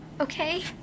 okay